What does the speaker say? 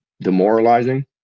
demoralizing